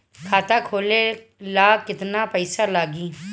खाता खोले ला केतना पइसा लागी?